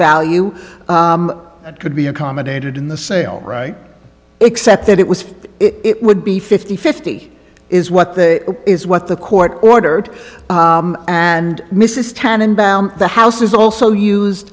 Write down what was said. value that could be accommodated in the sale right except that it was it would be fifty fifty is what the is what the court ordered and mrs tannenbaum the house is also used